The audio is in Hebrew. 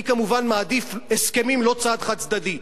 אני, כמובן, מעדיף הסכמים ולא צעד חד-צדדי.